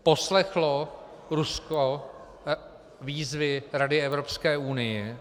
Poslechlo Rusko výzvy Rady Evropské unie?